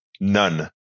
None